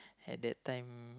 at that time